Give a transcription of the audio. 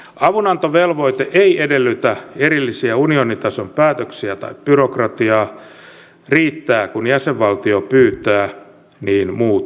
avunantovelvoite ei edellytä erillisiä unionitason päätöksiä tai byrokratiaa riittää kun jäsenvaltio pyytää niin muut toimivat